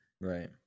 right